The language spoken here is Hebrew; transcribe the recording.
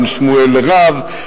בין שמואל לרב,